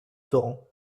torrent